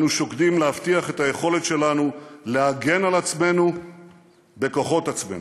אנו שוקדים להבטיח את היכולת שלנו להגן על עצמנו בכוחות עצמנו.